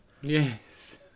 Yes